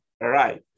right